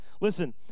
Listen